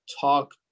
talk